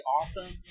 awesome